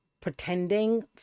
pretending